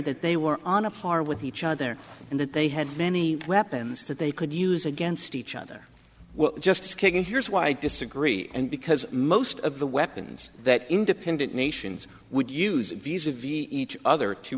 that they were on a par with each other and that they had many weapons that they could use against each other just skating here's why i disagree and because most of the weapons that independent nations would use viz a viz each other to